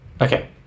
Okay